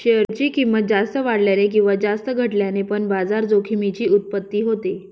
share ची किंमत जास्त वाढल्याने किंवा जास्त घटल्याने पण बाजार जोखमीची उत्पत्ती होते